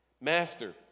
Master